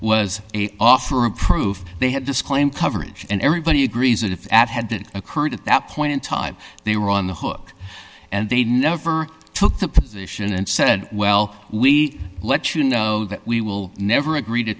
was off for approved they had disclaimed coverage and everybody agrees if at hadn't occurred at that point in time they were on the hook and they never took the position and said well we let you know that we will never agree to